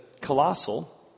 colossal